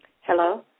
Hello